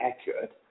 accurate